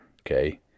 Okay